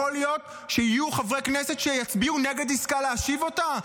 להיות שיהיו חברי כנסת שיצביעו נגד עסקה להשיב אותה?